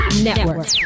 Network